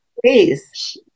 Please